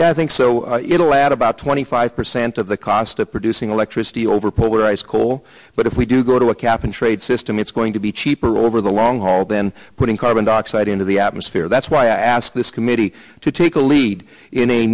yeah i think so it'll add about twenty five percent of the cost of producing electricity over polar ice coal but if we do go to a cap and trade system it's going to be cheaper over the long haul than putting carbon dioxide into the atmosphere that's why i ask this committee to take a lead in a